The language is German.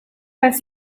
als